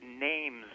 names